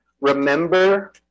remember